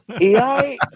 AI